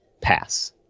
pass